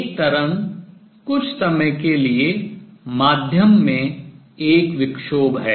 एक तरंग कुछ समय के लिए माध्यम में एक विक्षोभ है